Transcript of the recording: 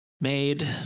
made